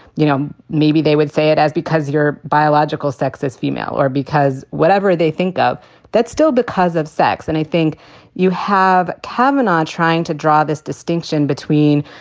you know, maybe they would say it as because your biological sex is female or because whatever they think of that still because of sex. and i think you have kaminen trying to draw this distinction between,